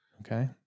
okay